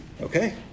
Okay